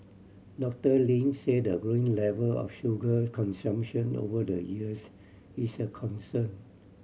Doctor Ling said the growing level of sugar consumption over the years is a concern